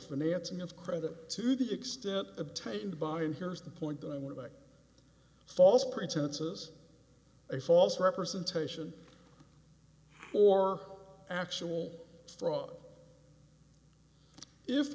financing of credit to the extent obtained by an here's the point that i want to make false pretenses a false representation or actual fraud if